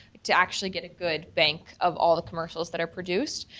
to actually get a good bank of all the commercials that are produced,